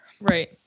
Right